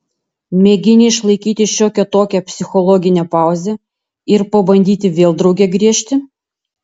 mėgini išlaikyti šiokią tokią psichologinę pauzę ir pabandyti vėl drauge griežti